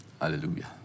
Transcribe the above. Hallelujah